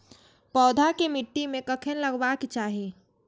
पौधा के मिट्टी में कखेन लगबाके चाहि?